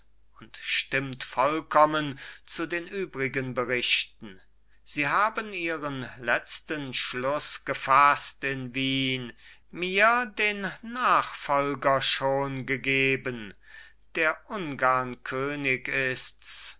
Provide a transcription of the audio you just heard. und stimmt vollkommen zu den übrigen berichten sie haben ihren letzten schluß gefaßt in wien mir den nachfolger schon gegeben der ungarn könig ists